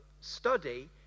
study